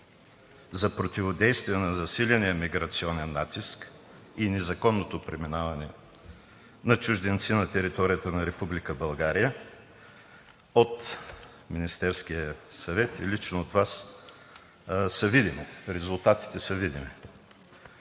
за противодействие на засиления миграционен натиск и незаконното преминаване на чужденци на територията на Република България от Министерския съвет и лично от Вас, са видими. Резултатите са видими.